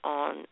on